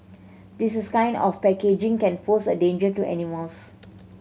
this is kind of packaging can pose a danger to animals